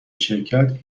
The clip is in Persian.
شرکت